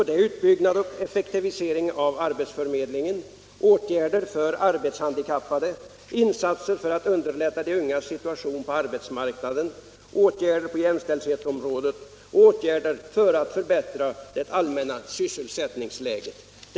Det är utbyggnad och effektivisering av arbetsförmedlingen, åtgärder för arbetshandikappade, insatser för att underlätta de ungas situation på arbetsmarknaden, åtgärder på jämställdhetsområdet och åtgärder för att förbättra det allmänna sysselsättningsläget.